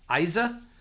Isa